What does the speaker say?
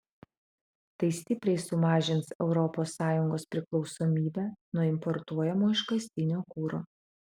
tai stipriai sumažins europos sąjungos priklausomybę nuo importuojamo iškastinio kuro